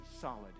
solid